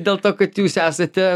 dėl to kad jūs esate